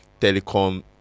telecom